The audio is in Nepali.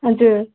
हजुर